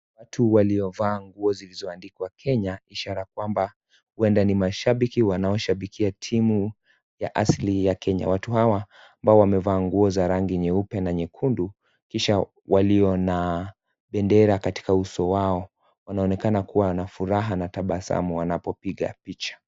Watu waliovaa nguo zilizoandikwa Kenya ishara kwamba ni mashabiki wanaoshabikia timu ya asili ya Kenya. Watu hawa ambao wamevaa nguo za rangi nyeupe na nyekundu kisha walio na bendera katika uso wao wanaonekana kuwa na furaha na tabasamu wanapopiga picha